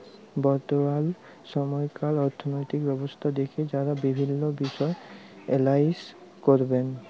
বর্তমাল সময়কার অথ্থলৈতিক ব্যবস্থা দ্যাখে যারা বিভিল্ল্য বিষয় এলালাইস ক্যরবেক